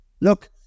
look